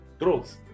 growth